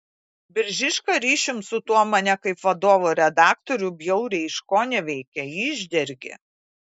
biržiška ryšium su tuo mane kaip vadovo redaktorių bjauriai iškoneveikė išdergė